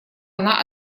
она